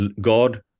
God